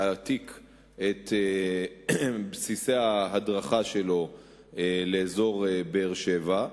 להעתיק את בסיסי ההדרכה שלו לאזור באר-שבע.